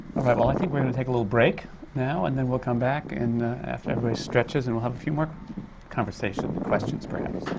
um ah i think we're gonna take a little break now, and then we'll come back and after everybody stretches, and we'll have a few more conversations and questions perhaps.